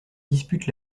dispute